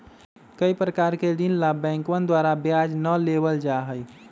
कई प्रकार के ऋण ला बैंकवन द्वारा ब्याज ना लेबल जाहई